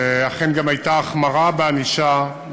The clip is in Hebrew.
אכן גם הייתה החמרה בענישה.